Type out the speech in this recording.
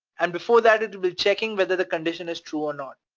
and before that it'll be checking whether the condition is true or not.